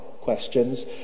questions